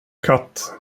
katt